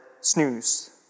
snooze